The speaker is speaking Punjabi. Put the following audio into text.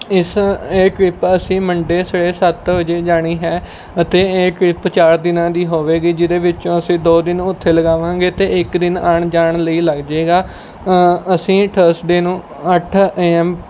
ਇਸ ਇਹ ਟ੍ਰਿਪ ਅਸੀਂ ਮੰਡੇ ਸਵੇਰੇ ਸੱਤ ਵਜੇ ਜਾਣੀ ਹੈ ਅਤੇ ਇਹ ਟ੍ਰਿਪ ਚਾਰ ਦਿਨਾਂ ਦੀ ਹੋਵੇਗੀ ਜਿਹਦੇ ਵਿੱਚੋਂ ਅਸੀਂ ਦੋ ਦਿਨ ਉੱਥੇ ਲਗਾਵਾਂਗੇ ਅਤੇ ਇੱਕ ਦਿਨ ਆਉਣ ਜਾਣ ਲਈ ਲੱਗ ਜੇਗਾ ਅਸੀਂ ਥਰਸਡੇ ਨੂੰ ਅੱਠ ਏ ਐਮ